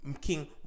king